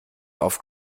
auf